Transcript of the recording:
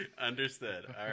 understood